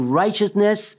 righteousness